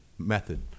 method